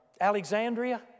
Alexandria